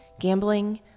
gambling